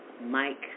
Mike